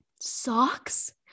Socks